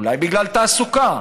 אולי בגלל תעסוקה,